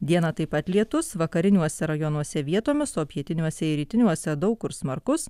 dieną taip pat lietus vakariniuose rajonuose vietomis o pietiniuose ir rytiniuose daug kur smarkus